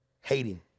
hating